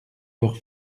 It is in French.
leurs